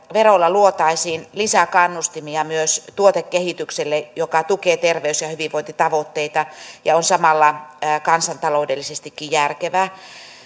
verolla luotaisiin lisäkannustimia myös tuotekehitykselle joka tukee terveys ja hyvinvointitavoitteita ja on samalla kansantaloudellisestikin järkevää